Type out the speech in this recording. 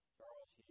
Charles